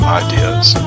ideas